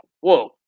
whoa